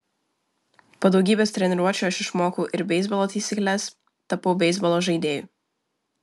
po daugybės treniruočių aš išmokau ir beisbolo taisykles tapau beisbolo žaidėju